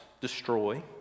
destroy